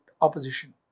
opposition